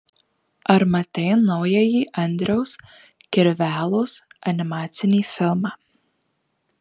ar matei naująjį andriaus kirvelos animacinį filmą